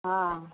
हँ